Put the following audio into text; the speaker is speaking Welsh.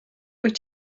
wyt